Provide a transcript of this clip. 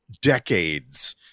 decades